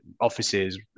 offices